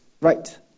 Right